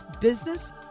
business